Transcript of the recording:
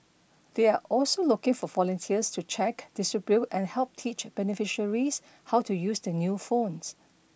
they're also looking for volunteers to check distribute and help teach beneficiaries how to use the new phones